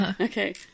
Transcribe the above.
Okay